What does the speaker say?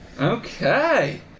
Okay